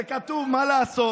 זה כתוב, מה לעשות?